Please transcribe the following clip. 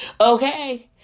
okay